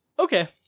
Okay